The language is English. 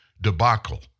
debacle